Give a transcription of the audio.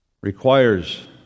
requires